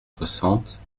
soixante